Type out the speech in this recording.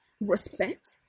respect